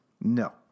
no